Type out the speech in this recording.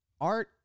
art